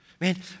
Man